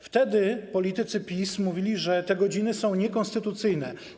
Wtedy politycy PiS-u mówili, że te godziny są niekonstytucyjne.